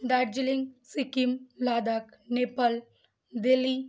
Darjeeling Sikkim Ladakh Nepal Delhi